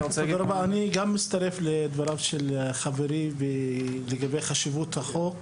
גם אני מצטרף לדבריו של חברי לגבי חשיבות החוק,